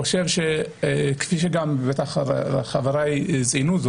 כפי שחבריי ציינו,